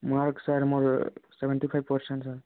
ମୁଁ ଆଉ ସାର୍ ମୋର୍ ସେଭେଣ୍ଟି ଫାଇଭ୍ ପରସେଣ୍ଟ